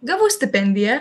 gavau stipendiją